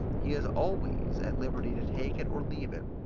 he is always at liberty to take it or leave it,